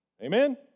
Amen